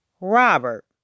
Robert